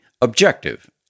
objective